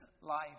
life